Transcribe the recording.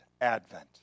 Advent